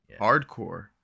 hardcore